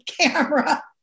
camera